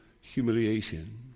humiliation